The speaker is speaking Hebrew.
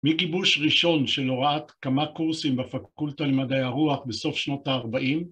מגיבוש ראשון של הוראת כמה קורסים בפקולטה למדעי הרוח בסוף שנות ה-40